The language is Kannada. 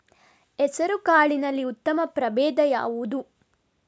ಹೆಸರುಕಾಳಿನಲ್ಲಿ ಉತ್ತಮ ಪ್ರಭೇಧ ಯಾವುದು?